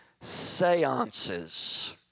seances